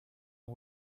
and